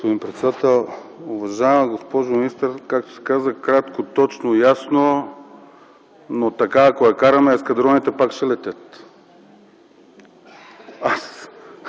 господин председател. Уважаема госпожо министър, както се казва, кратко, точно и ясно, но така ако я караме, ескадроните пак ще летят. Аз